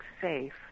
safe